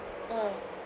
mm